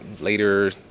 later